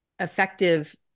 Effective